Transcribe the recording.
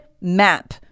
MAP